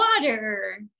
water